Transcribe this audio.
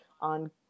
on